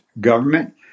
government